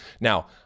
Now